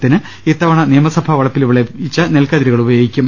വത്തിന് ഇത്തവണ നിയമസഭാ വളപ്പിൽ വിളയിച്ച നെൽക്കതിരുകൾ ഉപയോഗി ക്കും